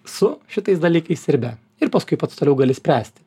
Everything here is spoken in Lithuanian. su šitais dalykais ir be ir paskui pats toliau gali spręsti